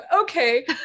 okay